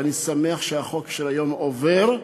ואני שמח שהחוק של היום עובר,